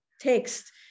text